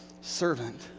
servant